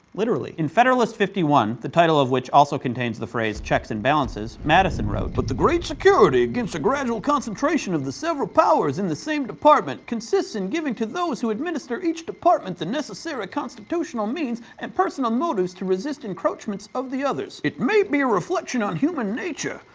literally. in federalists fifty one, the title which also contains the phrase, checks and balances, madison wrote, but the great security against a gradual concentration of the several powers in same department, consists in giving to those who administer each department the necessary constitutional means and personal motives to resist encroachments of the others. it may be a reflection on human nature,